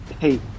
Hey